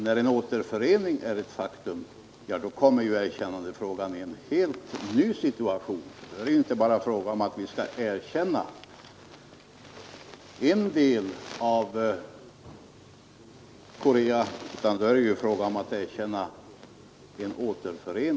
När en återförening har skett kommer ju erkännandefrågan i en helt ny situation. Då är det inte bara fråga om att vi skall erkänna en del av Korea utan då gäller det att erkänna en